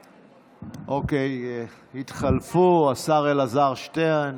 אוקיי, התחלפו, השר אלעזר שטרן